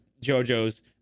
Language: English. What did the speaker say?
JoJo's